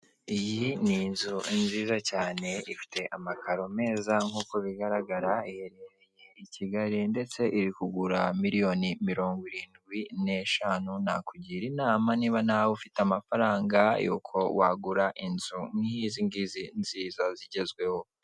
Iyi ni inzu nziza cyane ifite amakaro meza nk'uko bigaragara iyi nzu iri i Kigali ndetse iri kugura miliyoni mirongo irindwi n'eshanu nakugira inama niba nawe ufite amafaranga y'uko wagura inzu nk'izi nkizi nziza zigezweho.